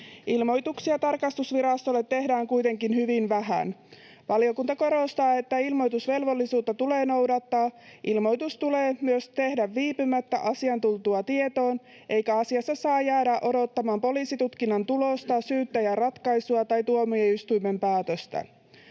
Ilmoituksia tarkastusvirastolle tehdään kuitenkin hyvin vähän. Valiokunta korostaa, että ilmoitusvelvollisuutta tulee noudattaa. Ilmoitus tulee myös tehdä viipymättä asian tultua tietoon, eikä asiassa saa jäädä odottamaan poliisitutkinnan tulosta, syyttäjän ratkaisua tai tuomioistuimen päätöstä.